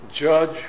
judge